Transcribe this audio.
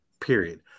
period